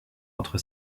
entre